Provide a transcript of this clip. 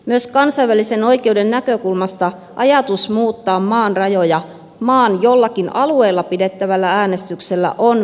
myös kansainvälisen oikeuden näkökulmasta ajatus muuttaa maan rajoja maan jollakin alueella pidettävällä äänestyksellä on vieras